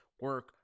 Work